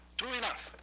true enough,